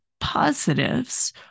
positives